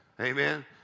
Amen